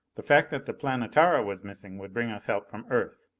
the fact that the planetara was missing would bring us help from earth.